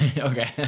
Okay